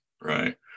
right